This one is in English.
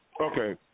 Okay